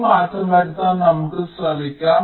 ഈ മാറ്റം വരുത്താൻ നമുക്ക് ശ്രമിക്കാം